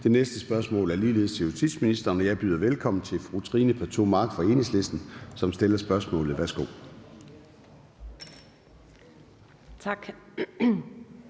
Det næste spørgsmål er ligeledes til justitsministeren, og jeg byder velkommen til fru Trine Pertou Mach fra Enhedslisten, som stiller spørgsmålet. Kl.